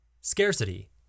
Scarcity